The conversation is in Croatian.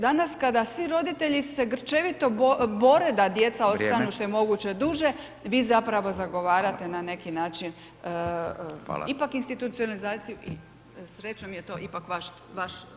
Danas kada svi roditelji se grčevito bore da djeca ostanu [[Upadica: Vrijeme.]] što je moguće duže, vi zapravo zagovarate na neki način ipak institucionalizaciju [[Upadica: Hvala.]] i srećom je to ipak vaš